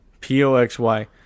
P-O-X-Y